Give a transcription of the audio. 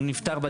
הוא נפטר בדרך.